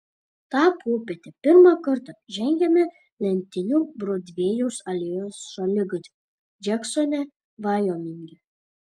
tą popietę pirmą kartą žengiame lentiniu brodvėjaus alėjos šaligatviu džeksone vajominge